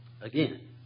again